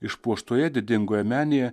išpuoštoje didingoje menėje